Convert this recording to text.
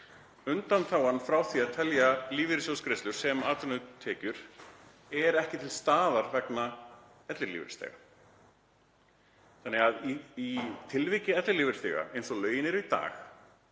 undanþágan frá því að telja lífeyrissjóðsgreiðslur sem atvinnutekjur er ekki til staðar vegna ellilífeyrisþega. Þannig að í tilviki ellilífeyrisþega, eins og lögin eru í dag,